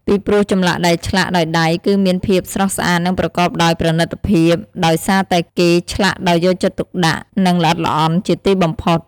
ពីព្រោះចម្លាក់ដែលឆ្លាក់ដោយដៃគឺមានភាពស្រស់ស្អាតនិងប្រកបដោយប្រណិតភាព ដោយសារតែគេឆ្លាក់ដោយយកចិត្តទុកដាក់និងល្អិតល្អន់ជាទីបំផុត។